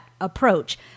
approach